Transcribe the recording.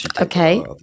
Okay